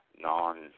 non